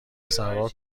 تصور